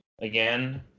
again